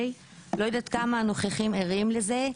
לא יודעת כמה הנוכחים ערים לזה,